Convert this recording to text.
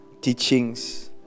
teachings